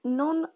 non